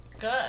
Good